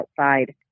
outside